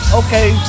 okay